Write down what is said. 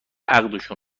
عقدشون